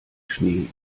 schnee